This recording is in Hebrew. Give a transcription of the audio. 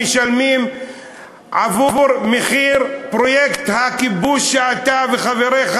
משלמים עבור פרויקט הכיבוש שאתה וחבריך